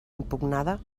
impugnada